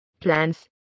plans